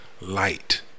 light